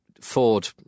Ford